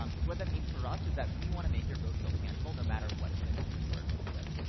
um so what that means for us is that we wanna make your vote feel tangible no matter what sort of issues you are involved with.